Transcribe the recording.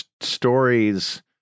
stories